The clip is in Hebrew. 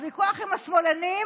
הוויכוח עם השמאלנים